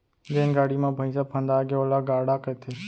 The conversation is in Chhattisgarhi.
जेन गाड़ी म भइंसा फंदागे ओला गाड़ा कथें